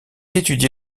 étudié